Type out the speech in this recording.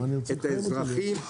את האזרחים,